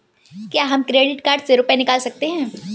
क्या हम credit card से रुपये निकाल सकते हैं?